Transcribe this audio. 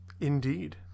Indeed